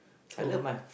so